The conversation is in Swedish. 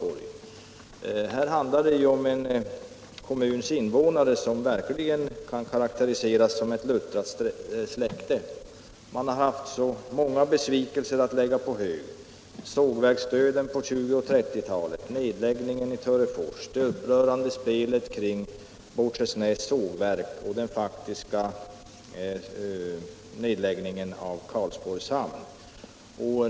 Här handlar det nämligen om en kommuns invånare som verkligen kan betecknas som ett luttrat släkte och som har upplevt många besvikelser: sågverksdöden på 1920 och 1930-talen, nedläggningen i Törefors, det upprörande spelet kring Båtskärsnäs sågverk och den faktiska nedläggningen av Karlsborgs hamn.